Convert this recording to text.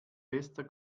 bester